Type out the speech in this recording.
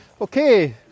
Okay